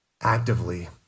Actively